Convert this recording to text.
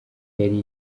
yari